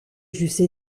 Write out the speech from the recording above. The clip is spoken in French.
j’eusse